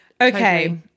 Okay